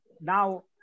Now